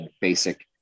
basic